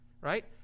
right